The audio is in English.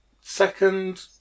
second